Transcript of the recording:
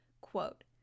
Quote